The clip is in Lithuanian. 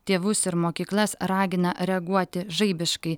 tėvus ir mokyklas ragina reaguoti žaibiškai